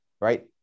right